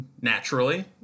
naturally